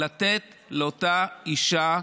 לתת לאותה אישה,